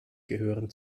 gehören